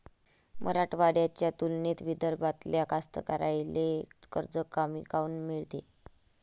मराठवाड्याच्या तुलनेत विदर्भातल्या कास्तकाराइले कर्ज कमी काऊन मिळते?